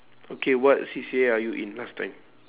okay what C_C_A are you in last time